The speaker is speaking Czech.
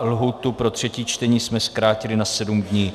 Lhůtu pro třetí čtení jsme zkrátili na sedm dní.